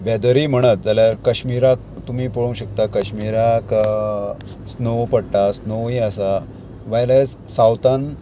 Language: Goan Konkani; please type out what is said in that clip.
वेदरी म्हणत जाल्यार कश्मीराक तुमी पळोवंक शकता कश्मीराक स्नोव पडटा स्नोवय आसा व्हायले सावथान